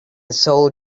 sole